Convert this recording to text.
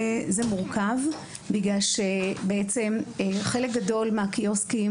זה מורכב, בגלל שחלק גדול מהקיוסקים